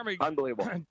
Unbelievable